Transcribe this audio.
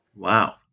Wow